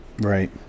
Right